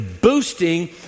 boosting